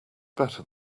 better